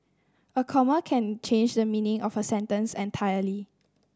a comma can change the meaning of a sentence entirely